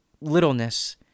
littleness